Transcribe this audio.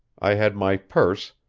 i had my purse,